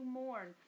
mourn